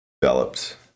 developed